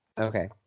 Okay